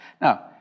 Now